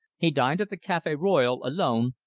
he dined at the cafe royal alone,